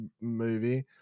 movie